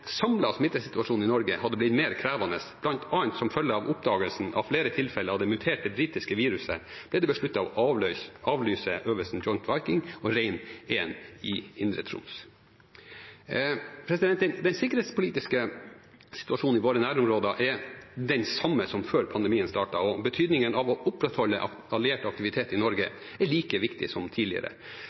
smittesituasjonen i Norge hadde blitt mer krevende, bl.a. som følge av oppdagelsen av flere tilfeller av det muterte britiske viruset, ble det besluttet å avlyse øvelsene Joint Viking og Rein 1 i Indre Troms. Den sikkerhetspolitiske situasjonen i våre nærområder er den samme som før pandemien startet, og betydningen av å opprettholde alliert aktivitet i Norge er like viktig som tidligere.